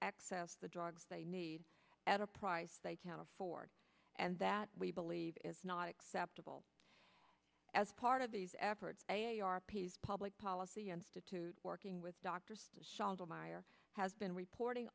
access the drugs they need at a price they can afford and that we believe is not acceptable as part of these efforts a a r p s public policy institute working with dr shaw meyer has been reporting